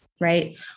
Right